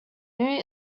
new